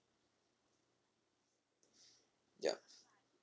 ya